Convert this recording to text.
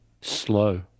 Slow